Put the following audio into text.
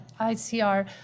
ICR